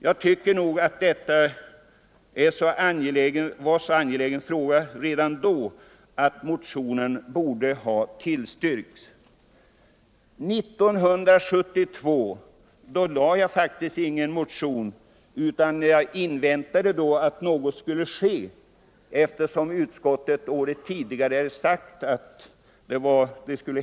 Jag anser att detta var en så angelägen fråga redan då att motionen borde ha tillstyrkts. År 1972 väckte jag ingen motion i frågan utan väntade att något skulle Nr 120 ske, eftersom utskottet året tidigare hade utlovat detta.